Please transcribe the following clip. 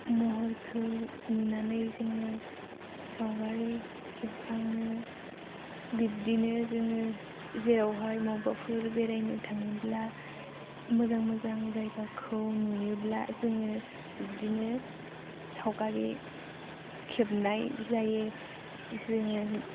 महरखौ नुनानै जोङो सावगारि खेबखाङो बिब्दिनो जोङो जेरावहाय बबावबाफोर बेरायनो थाङोब्ला मोजां मोजां जायगाखौ नुयोब्ला जोङो बिब्दिनो सावगारि खेबनाय जायो जोङो